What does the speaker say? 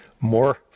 more